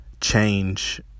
change